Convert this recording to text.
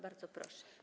Bardzo proszę.